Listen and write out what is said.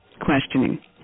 questioning